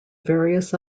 various